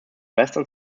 western